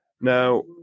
now